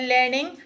Learning